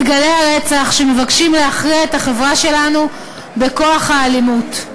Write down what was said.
גלי הרצח שמבקשים להכריע את החברה שלנו בכוח האלימות.